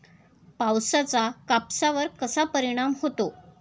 पावसाचा कापसावर कसा परिणाम होतो?